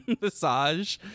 Massage